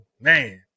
man